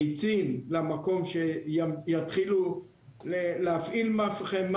העצים למקום שיתחילו להפעיל מפחמה.